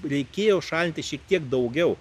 reikėjo šaltinti šiek tiek daugiau